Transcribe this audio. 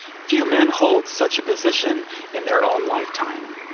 few men hold such a position in their own lifetime,